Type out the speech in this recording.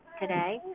today